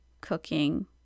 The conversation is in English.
cooking